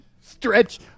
stretch